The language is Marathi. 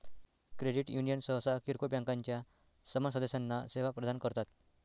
क्रेडिट युनियन सहसा किरकोळ बँकांच्या समान सदस्यांना सेवा प्रदान करतात